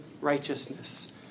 righteousness